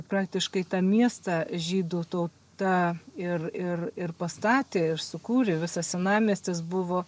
praktiškai tą miestą žydų tauta ir ir ir pastatė ir sukūrė visas senamiestis buvo